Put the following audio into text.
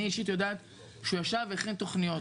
אני אישית יודעת שהוא ישב והכין תכניות.